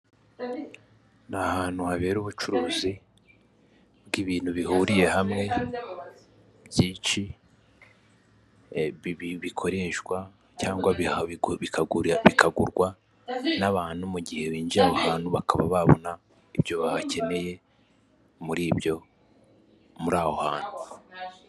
Ni ahantu habera ubucuruzi bw'ibintu bihuriye hamwe byinshi, bikoreshwa cyangwa bikagurwa n'abantu mu gihe binjiye aho ahantu bakaba babona ibyo bahakeneye muri ibyo muri aho hantu.